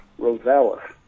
Rosales